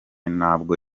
ntabwo